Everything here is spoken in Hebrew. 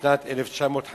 בשנת 1957